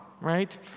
right